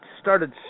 started